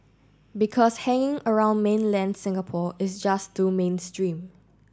because hanging around mainland Singapore is just too mainstream